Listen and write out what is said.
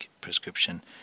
prescription